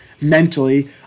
mentally